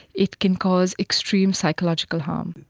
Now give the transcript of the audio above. it can cause extreme psychological harm.